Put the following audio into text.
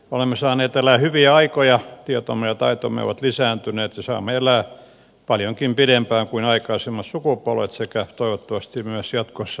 olemme saaneet elää hyviä aikoja tietomme ja taitomme ovat lisääntyneet ja saamme elää paljonkin pidempään kuin aikaisemmat sukupolvet sekä toivottavasti myös jatkossa turvallisesti